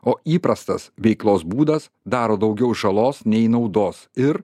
o įprastas veiklos būdas daro daugiau žalos nei naudos ir